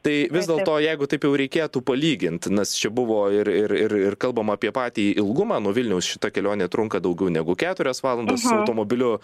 tai vis dėlto jeigu taip jau reikėtų palygint nes čia buvo ir ir ir ir kalbama apie patį ilgumą nuo vilniaus šita kelionė trunka daugiau negu keturias valandas su automobiliu